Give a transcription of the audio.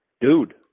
Dude